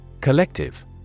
Collective